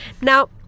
now